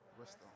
rest